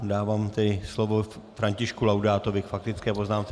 Dávám tedy slovo Františku Laudátovi k faktické poznámce.